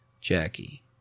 Jackie